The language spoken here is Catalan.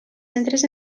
centres